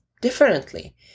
differently